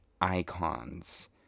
icons